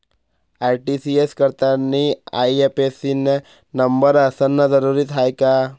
RTGS करतांनी IFSC न number असनं जरुरीच हाय का?